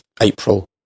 April